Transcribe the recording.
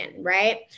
Right